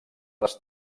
les